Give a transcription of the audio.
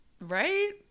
right